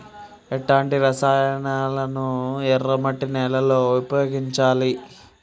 ఎలాంటి రసాయనాలను ఎర్ర మట్టి నేల లో ఉపయోగించాలి?